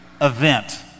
event